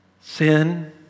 sin